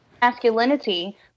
masculinity